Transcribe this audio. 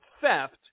theft